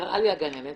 קראה לי הגננת